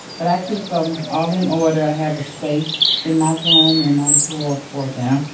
but i keep them all in order. i have a space in my room, in my drawer for them.